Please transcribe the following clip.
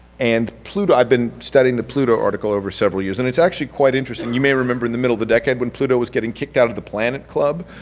and pluto, i've been studying the pluto article over several years, and it's actually quite interesting. you may remember in the middle of the decade when pluto was getting kicked out of the planet club?